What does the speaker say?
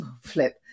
flip